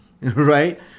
right